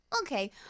okay